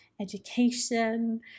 education